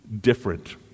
different